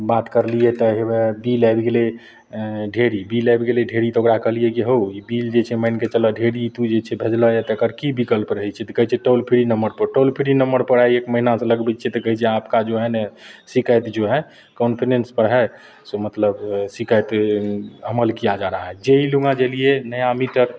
बात करलिए तऽ होबे बिल आबि गेलै ढेरिक बिल आबि गेलै ढेरिक तऽ ओकरा कहलिए हौ ई बिल जे छै मानिके चलऽ ढेरिक तोँ जे छै भेजलऽ हे तऽ एकर कि विकल्प रहै छै तऽ कहै छै टोल फ्री नम्बरपर टोल फ्री नम्बरपर आइ एक महिनासे लगबै छिए तऽ कहै छै आपका जो है ने शिकायइत जो है कान्फिनेन्टपर है सो मतलब शिकायत अमल किया जा रहा है जे ई लग जे अएलिए नया मीटर